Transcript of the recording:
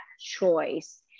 choice